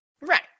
Right